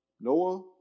Noah